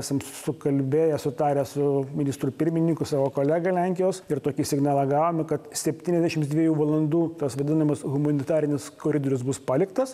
esam sukalbėję sutarę su ministru pirmininku savo kolega lenkijos ir tokį signalą gavome kad septyniasdešimts dviejų valandų tas vadinamas humanitarinis koridorius bus paliktas